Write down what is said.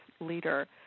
leader